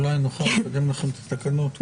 אולי נוכל לקדם לכם את התקנות.